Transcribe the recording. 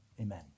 Amen